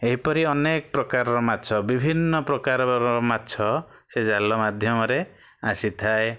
ଏହିପରି ଅନେକ ପ୍ରକାରର ମାଛ ବିଭିନ୍ନ ପ୍ରକାରର ମାଛ ସେ ଜାଲ ମାଧ୍ୟମରେ ଆସିଥାଏ